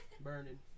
burning